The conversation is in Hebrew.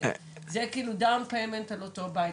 זה כאילו down payment על אותו הבית.